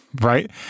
right